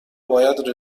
باید